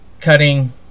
cutting